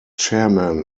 chairman